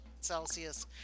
Celsius